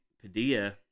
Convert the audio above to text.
Padilla